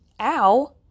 ow